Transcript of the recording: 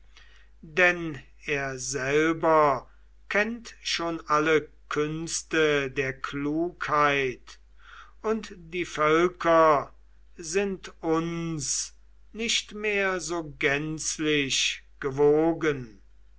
denn er selber kennt schon alle künste der klugheit und die völker sind uns nicht mehr so gänzlich gewogen